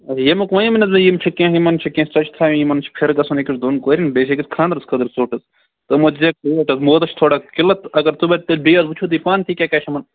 ییٚمِیُک وَنیاومَے نا حظ مےٚ یِم چھِ کیٚنٛہہ یِمن چھِ کیٚنٛہہ ژۄچہ تھاونہِ یِمن چھُ پھِرٕ گژھُن أکس دۄن کوریٚن بیٚیہِ چھُ اکِس کھانٛدرس خٲطرٕ چھِ ژوٚٹ حظ تِمو دِژھے اوٹ حظ مٲدس چھِ تھوڑا قِلت اگر سُہ بَنہِ تہٕ بیٚیہِ حظ وٕچھو تُہۍ پانہٕ تہِ کیاہ کیاہ چھُ یِمن